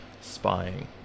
spying